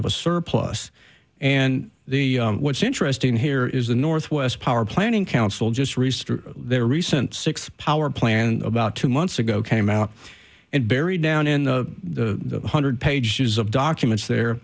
of a surplus and what's interesting here is the northwest power plant in council just raised their recent six power plant about two months ago came out and buried down in the one hundred pages of documents there